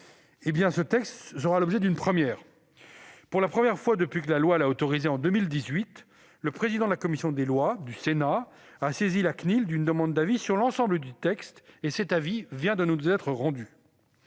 d'État. Il sera l'objet d'une première, puisque, pour la première fois depuis que la loi l'y a autorisé, en 2018, le président de la commission des lois du Sénat a saisi la CNIL d'une demande d'avis sur l'ensemble du texte, et cet avis vient de nous être rendu.